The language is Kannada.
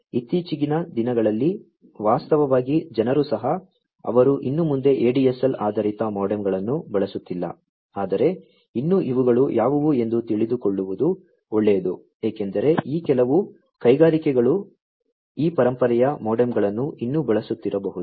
ಇತ್ತೀಚಿನ ದಿನಗಳಲ್ಲಿ ವಾಸ್ತವವಾಗಿ ಜನರು ಸಹ ಅವರು ಇನ್ನು ಮುಂದೆ ADSL ಆಧಾರಿತ ಮೊಡೆಮ್ಗಳನ್ನು ಬಳಸುತ್ತಿಲ್ಲ ಆದರೆ ಇನ್ನೂ ಇವುಗಳು ಯಾವುವು ಎಂದು ತಿಳಿದುಕೊಳ್ಳುವುದು ಒಳ್ಳೆಯದು ಏಕೆಂದರೆ ಈ ಕೆಲವು ಕೈಗಾರಿಕೆಗಳು ಈ ಪರಂಪರೆಯ ಮೋಡೆಮ್ಗಳನ್ನು ಇನ್ನೂ ಬಳಸುತ್ತಿರಬಹುದು